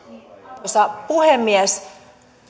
arvoisa puhemies